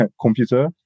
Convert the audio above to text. computer